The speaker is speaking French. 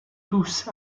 tous